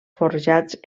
forjats